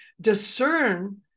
discern